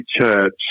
church